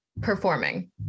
performing